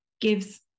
gives